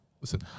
Listen